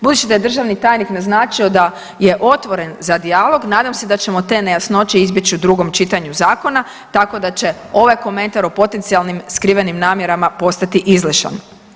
Budući da je državni tajnik naznačio da je otvoren za dijalog nadam se da ćemo te nejasnoće izbjeći u drugom čitanju zakona, tako da će ovaj komentar o potencijalnim skrivenim namjerama postati izlišan.